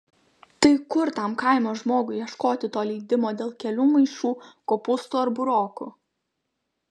tai kur tam kaimo žmogui ieškoti to leidimo dėl kelių maišų kopūstų ar burokų